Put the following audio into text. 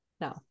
no